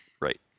Right